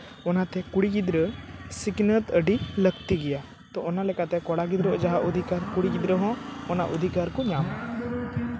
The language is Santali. ᱚᱱᱟᱛᱮ ᱠᱩᱲᱤ ᱜᱤᱫᱽᱨᱟᱹ ᱥᱤᱠᱷᱱᱟᱹᱛ ᱟᱹᱰᱤ ᱞᱟᱹᱠᱛᱤ ᱜᱮᱭᱟ ᱛᱚ ᱚᱱᱟ ᱞᱮᱠᱟᱛᱮ ᱠᱚᱲᱟ ᱜᱤᱫᱽᱨᱟᱹ ᱡᱟᱦᱟᱸ ᱚᱫᱷᱤᱠᱟᱨ ᱠᱩᱲᱤ ᱜᱤᱫᱽᱨᱟᱹ ᱦᱚᱸ ᱚᱱᱟ ᱚᱫᱷᱤᱠᱟᱨ ᱠᱚ ᱧᱟᱢᱟ